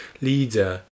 leader